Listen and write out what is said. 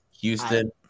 Houston